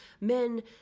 men